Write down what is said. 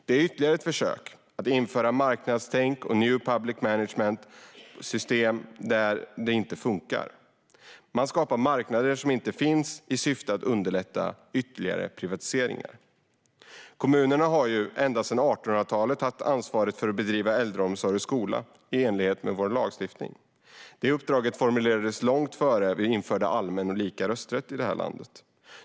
Det är ytterligare ett försök att införa marknadstänk och new public management på system där det inte funkar. Man skapar marknader som inte finns i syfte att underlätta ytterligare privatiseringar. Kommunerna har ända sedan 1800-talet haft ansvaret för att bedriva skola och äldreomsorg i enlighet med vår lagstiftning. Det uppdraget formulerades långt innan vi införde allmän och lika rösträtt i det här landet.